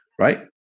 Right